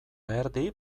erdi